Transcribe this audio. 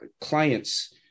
clients